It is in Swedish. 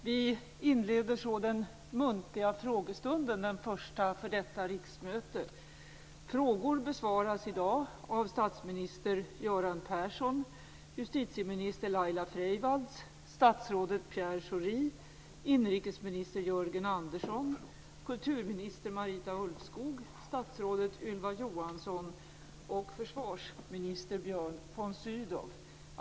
Vi inleder detta riksmötes första muntliga frågestund. Frågor besvaras i dag av statsminister Göran Pierre Schori, inrikesminister Jörgen Andersson, kulturminister Marita Ulvskog, statsrådet Ylva Johansson och försvarsminister Björn von Sydow.